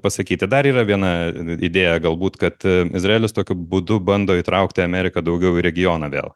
pasakyti dar yra viena idėja galbūt kad izraelis tokiu būdu bando įtraukti ameriką daugiau į regioną vėl